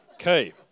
Okay